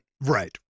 Right